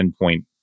endpoint